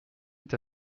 est